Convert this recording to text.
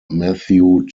matthew